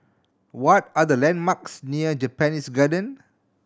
what are the landmarks near Japanese Garden